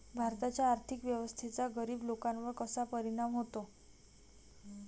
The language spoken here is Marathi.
भारताच्या आर्थिक व्यवस्थेचा गरीब लोकांवर कसा परिणाम होतो?